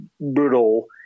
brutal